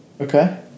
Okay